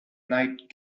night